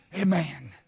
Amen